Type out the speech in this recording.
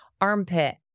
armpit